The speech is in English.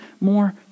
more